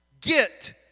get